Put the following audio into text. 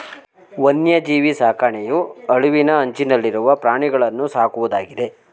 ವನ್ಯಜೀವಿ ಸಾಕಣೆಯು ಅಳಿವಿನ ಅಂಚನಲ್ಲಿರುವ ಪ್ರಾಣಿಗಳನ್ನೂ ಸಾಕುವುದಾಗಿದೆ